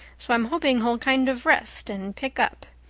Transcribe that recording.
so i'm hoping he'll kind of rest and pick up.